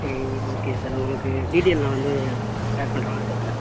இது okay sir உங்களுக்கு detail நான் வந்து இது ஷேர் பண்ணுறேன் வாட்ஸ்அப்பில்